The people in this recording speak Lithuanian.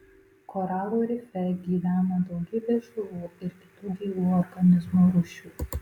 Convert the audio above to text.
koralų rife gyvena daugybė žuvų ir kitų gyvų organizmų rūšių